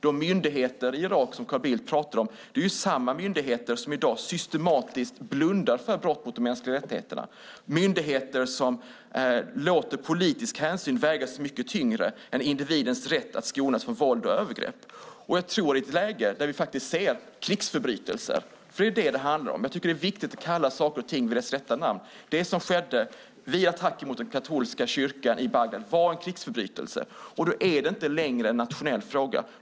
De myndigheter i Irak som Carl Bildt talar om är samma myndigheter som i dag systematiskt blundar för brott mot de mänskliga rättigheterna, myndigheter som låter politisk hänsyn väga så mycket tyngre än individens rätt att skonas från våld och övergrepp - i ett läge där vi faktiskt ser krigsförbrytelser. Det är vad det handlar om. Jag tycker att det är viktigt att kalla saker och ting vid deras rätta namn. Det som skedde vid attacken mot den katolska kyrkan i Bagdad var en krigsförbrytelse. Då är det inte längre en nationell fråga.